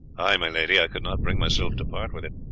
ay, my lady, i could not bring myself to part with it.